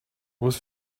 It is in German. was